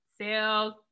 sales